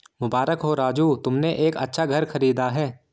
मुबारक हो राजू तुमने एक अच्छा घर खरीदा है